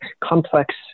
complex